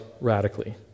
radically